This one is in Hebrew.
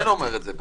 אני כן אומר את זה.